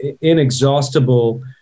Inexhaustible